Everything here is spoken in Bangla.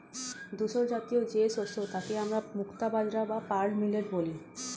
ধূসরজাতীয় যে শস্য তাকে আমরা মুক্তা বাজরা বা পার্ল মিলেট বলি